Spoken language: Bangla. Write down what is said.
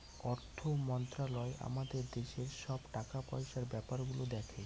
অর্থ মন্ত্রালয় আমাদের দেশের সব টাকা পয়সার ব্যাপার গুলো দেখে